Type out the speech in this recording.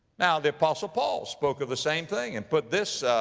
now the apostle paul spoke of the same thing. and put this, ah,